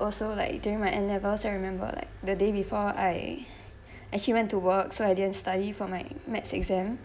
also like during my N level so remember like the day before I actually went to work so I didn't study for my maths exam